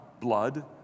blood